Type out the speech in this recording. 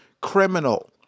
criminal